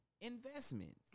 investments